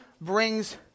brings